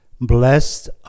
Blessed